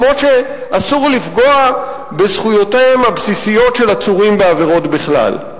כמו שאסור לפגוע בזכויותיהם הבסיסיות של עצורים בעבירות בכלל.